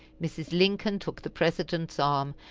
mrs. lincoln took the president's arm,